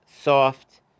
soft